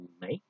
make